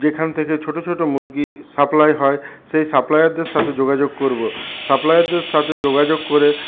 যেখান থেকে ছোটো ছোটো মুরগি সাপ্লাই হয় সেই সাপ্লায়ারদের সাথে যোগাযোগ করবো সাপ্লায়ারদের সাথে যোগাযোগ করে